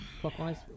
clockwise